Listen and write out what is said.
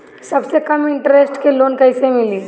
सबसे कम इन्टरेस्ट के लोन कइसे मिली?